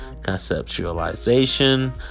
conceptualization